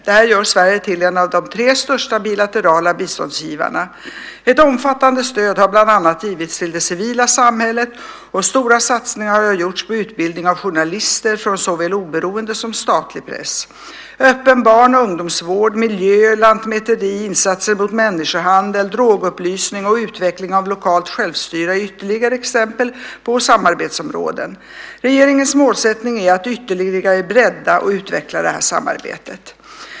Detta gör Sverige till en av de tre största bilaterala biståndsgivarna. Ett omfattande stöd har bland annat givits till det civila samhället och stora satsningar har gjorts på utbildning av journalister från såväl oberoende som statlig press. Öppen barn och ungdomsvård, miljö, lantmäteri, insatser mot människohandel, drogupplysning och utveckling av lokalt självstyre är ytterligare exempel på samarbetsområden. Regeringens målsättning är att ytterligare bredda och utveckla detta samarbete.